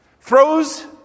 throws